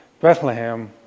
Bethlehem